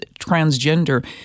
transgender